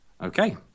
Okay